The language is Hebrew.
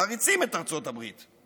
מעריצים את ארצות הברית,